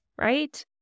right